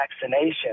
vaccination